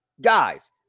guys